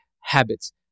habits